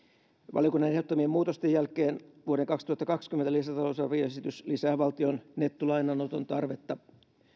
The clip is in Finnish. valiokunnan ehdottamien muutosten jälkeen vuoden kaksituhattakaksikymmentä lisätalousarvioesitys lisää valtion nettolainanoton tarvetta